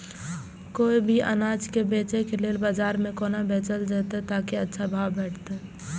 कोय भी अनाज के बेचै के लेल बाजार में कोना बेचल जाएत ताकि अच्छा भाव भेटत?